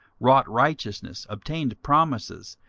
wrought righteousness, obtained promises,